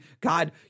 God